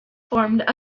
formed